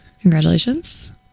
congratulations